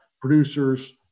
producers